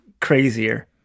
crazier